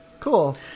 cool